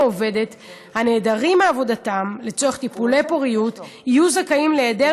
עובדת הנעדרים מעבודתם לצורך טיפולי פוריות יהיו זכאים להיעדר